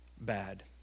bad